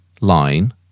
line